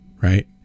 Right